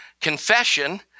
Confession